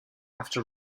after